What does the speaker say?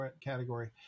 category